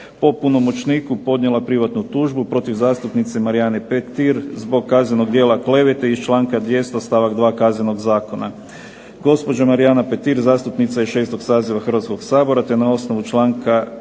po punomoćnika podnijela privatnu tužbu protiv zastupnice Marijane Petir zbog kaznenog djela klevete iz članka 200. stavak 2. Kaznenog zakona. Gospođo Marijana Petir zastupnica je 6. saziva Hrvatskog sabora te na osnovu članka